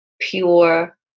pure